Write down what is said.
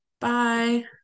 bye